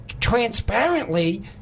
transparently